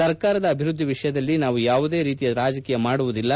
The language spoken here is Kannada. ಸರ್ಕಾರದ ಅಭಿವೃದ್ಧಿ ವಿಷಯದಲ್ಲಿ ನಾವು ಯಾವುದೇ ರೀತಿಯ ರಾಜಕೀಯ ಮಾಡುವುದಿಲ್ಲ